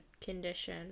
condition